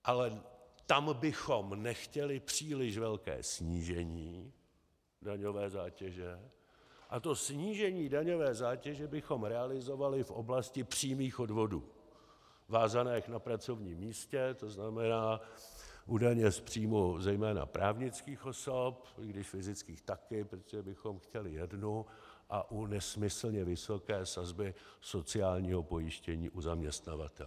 Ale tam bychom nechtěli příliš velké snížení daňové zátěže a to snížení daňové zátěže bychom realizovali v oblasti přímých odvodů vázaných na pracovním místě, to znamená u daně z příjmu zejména právnických osob, i když fyzických taky, protože bychom chtěli jednu, a u nesmyslně vysoké sazby sociálního pojištění u zaměstnavatele.